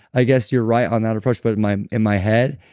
i guess you're right on that approach. but in my in my head,